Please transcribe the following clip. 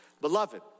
Beloved